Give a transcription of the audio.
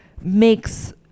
makes